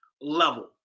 level